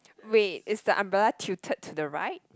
wait is the umbrella tilted to the right